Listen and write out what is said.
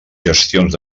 gestions